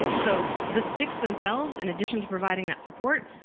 so the sticks themselves, in addition to providing that support,